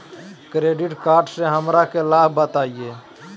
Debit card से हमरा के लाभ बताइए?